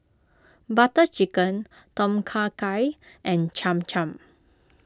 Butter Chicken Tom Kha Gai and Cham Cham